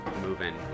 moving